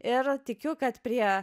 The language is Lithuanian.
ir tikiu kad prie